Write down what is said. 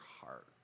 heart